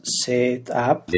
setup